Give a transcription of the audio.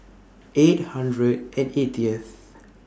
eight hundred and eightieth